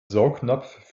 saugnapf